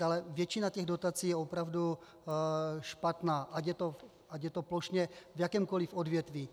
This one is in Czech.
Ale většina těch dotací je opravdu špatná, ať je to plošně v jakémkoli odvětví.